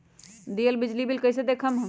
दियल बिजली बिल कइसे देखम हम?